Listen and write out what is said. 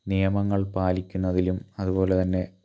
നിയമങ്ങൾ പാലിക്കുന്നതിലും അതുപോലെ തന്നെ